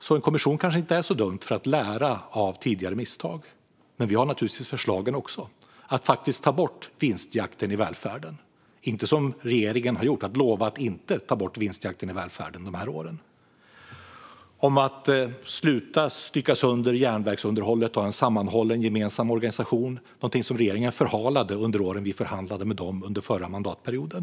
Så en kommission kanske inte är så dumt för att lära av tidigare misstag. Men vi har naturligtvis förslagen också. Det handlar om att faktiskt ta bort vinstjakten i välfärden och inte, som regeringen gjort, lova att inte ta bort vinstjakten i välfärden de här åren. Det handlar om att sluta stycka sönder järnvägsunderhållet och ha en sammanhållen gemensam organisation, något som regeringen förhalade de år då vi förhandlade med dem under förra mandatperioden.